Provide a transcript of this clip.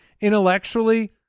intellectually